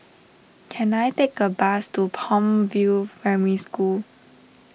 can I take a bus to Palm View Primary School